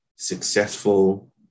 successful